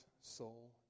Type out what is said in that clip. soul